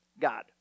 God